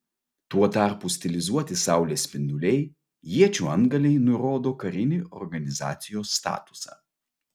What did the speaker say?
tuo tarpu stilizuoti saulės spinduliai iečių antgaliai nurodo karinį organizacijos statusą